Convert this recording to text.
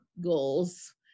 goals